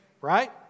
Right